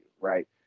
right